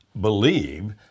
believe